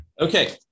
Okay